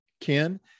Ken